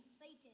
satan